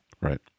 Right